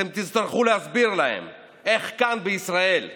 אתם תצטרכו להסביר להם איך כאן בישראל הישיבות,